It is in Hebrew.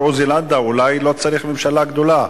השר עוזי לנדאו, אולי לא צריך ממשלה גדולה,